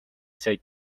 said